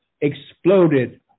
exploded